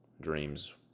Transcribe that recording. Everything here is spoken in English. dreams